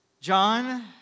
John